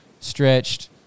stretched